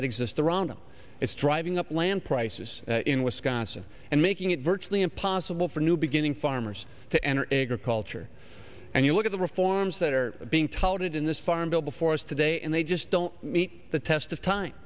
that exist around them it's driving up land prices in wisconsin and making it virtually impossible for new beginning farmers to enter agriculture and you look at the reforms that are being touted in this farm bill before us today and they just don't meet the test of time